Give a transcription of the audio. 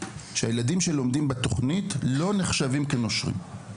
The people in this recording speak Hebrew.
הוא שהילדים שלומדים בתוכנית לא נחשבים כנושרים.